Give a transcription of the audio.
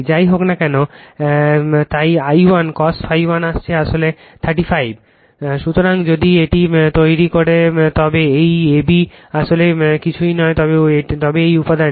যাই হোক না কেন তাই I1 cos ∅ 1 আসছে আসলে 35 সুতরাং যদি এটি তৈরি করে তবে এই AB আসলে কিছুই নয় তবে এই উপাদানটি